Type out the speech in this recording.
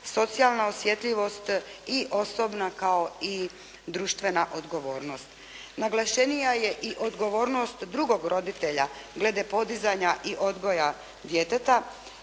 socijalna osjetljivost i osobna kao i društvena odgovornost. Naglašenija je i odgovornost drugog roditelja glede podizanja i odgoja djeteta,